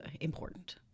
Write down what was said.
important